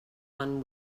one